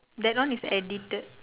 that one is edited